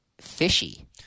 fishy